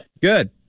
Good